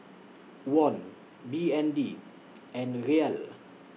Won B N D and Riyal